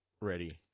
ready